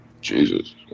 Jesus